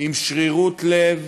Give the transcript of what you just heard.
עם שרירות לב